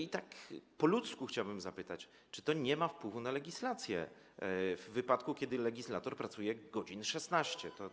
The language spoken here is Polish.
No i tak po ludzku chciałbym zapytać, czy to nie ma wpływu na legislację, w wypadku kiedy legislator pracuje 16 godzin.